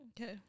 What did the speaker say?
okay